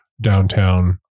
downtown